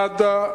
נאדה,